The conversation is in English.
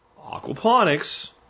aquaponics